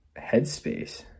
headspace